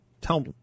tell